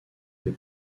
des